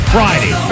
Friday